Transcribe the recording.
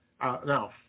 Now